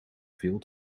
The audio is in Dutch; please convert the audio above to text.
veel